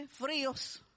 Fríos